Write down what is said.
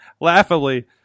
laughably